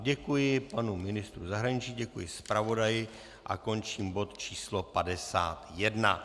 Děkuji panu ministru zahraničí, děkuji zpravodaji a končím bod číslo 51.